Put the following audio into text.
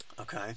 Okay